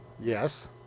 Yes